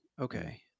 okay